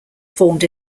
formed